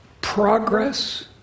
progress